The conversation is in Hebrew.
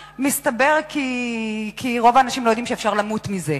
מסתבר כי רוב האנשים לא יודעים שאפשר למות מזה.